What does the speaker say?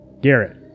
Garrett